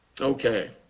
okay